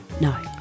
No